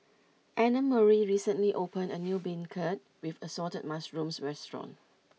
Annamarie recently opened a new Beancurd with Assorted Mushrooms restaurant